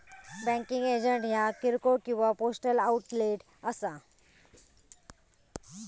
banking agent ह्या किरकोळ किंवा पोस्टल आउटलेट असा